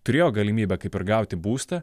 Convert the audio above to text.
turėjo galimybę kaip ir gauti būstą